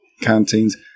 canteens